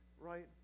right